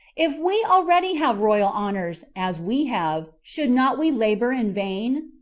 if we already have royal honors, as we have, should not we labor in vain?